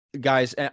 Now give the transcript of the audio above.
guys